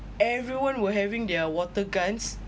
everyone were having their water guns